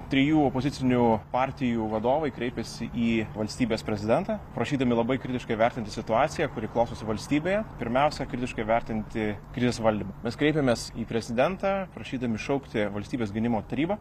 trijų opozicinių partijų vadovai kreipėsi į valstybės prezidentą prašydami labai kritiškai vertinti situaciją kuri klostosi valstybėje pirmiausia kritiškai vertinti krizės valdymą mes kreipėmės į prezidentą prašydami šaukti valstybės gynimo tarybą